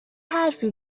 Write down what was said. حرفی